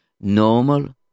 normal